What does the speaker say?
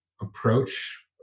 approach